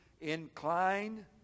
incline